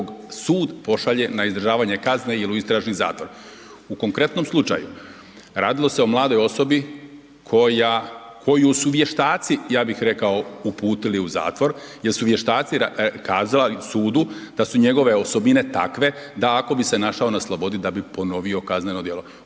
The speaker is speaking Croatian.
sud pošalje na izdržavanje kazne ili u istražni zatvor. U konkretnom slučaju radilo se o mladoj osobi koju su vještaci ja bih rekao uputili u zatvor jer su vještaci kazali sudu da su njegove osobine takve da ako bi se našao na slobodi, da ponovio kazneno djelo.